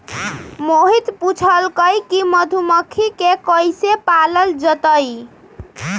मोहित पूछलकई कि मधुमखि के कईसे पालल जतई